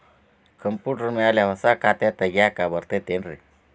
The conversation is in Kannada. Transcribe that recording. ಕಂಪ್ಯೂಟರ್ ಮ್ಯಾಲೆ ಹೊಸಾ ಖಾತೆ ತಗ್ಯಾಕ್ ಬರತೈತಿ ಏನ್ರಿ?